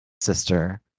sister